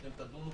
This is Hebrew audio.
שאתם תדונו